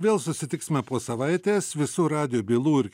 vėl susitiksime po savaitės visų radijo bylų ir